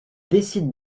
décident